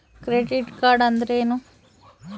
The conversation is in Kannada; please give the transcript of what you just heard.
ಕ್ರೆಡಿಟ್ ಕಾರ್ಡ್ ಅಂದ್ರೇನು?